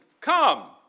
Come